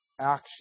action